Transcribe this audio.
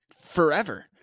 forever